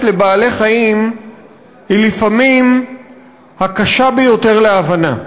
לבעלי-חיים היא לפעמים הקשה ביותר להבנה.